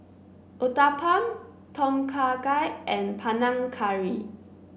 Uthapam Tom Kha Gai and Panang Curry